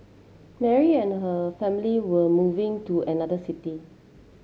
Mary and her family were moving to another city